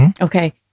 Okay